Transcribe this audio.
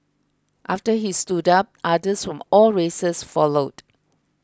after he stood up others from all races followed